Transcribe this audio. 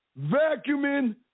vacuuming